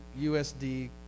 USD